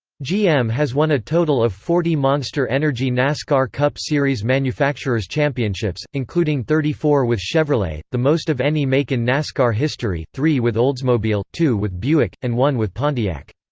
gm has won a total of forty monster energy nascar cup series manufacturer's championships, including thirty four with chevrolet, the most of any make in nascar history, three with oldsmobile, two with buick, and one with pontiac.